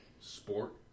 sport